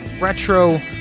retro